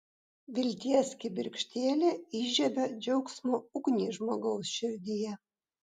vilties kibirkštėlė įžiebia džiaugsmo ugnį žmogaus širdyje